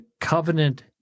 covenant